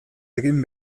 egin